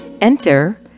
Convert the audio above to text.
Enter